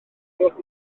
gwelwch